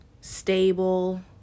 stable